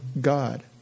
God